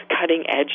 cutting-edge